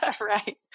Right